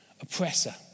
oppressor